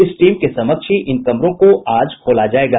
इस टीम के समक्ष ही इन कमरों को आज खोला जायेगा